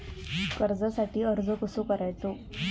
कर्जासाठी अर्ज कसो करायचो?